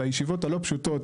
והישיבות הלא פשוטות,